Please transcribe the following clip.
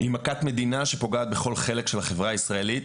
זאת מכת מדינה שפוגעת בכל חלק של החברה הישראלית,